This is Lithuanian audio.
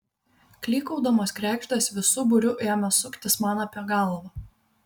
klykaudamos kregždės visu būriu ėmė suktis man apie galvą